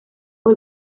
fue